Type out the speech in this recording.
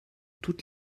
toutes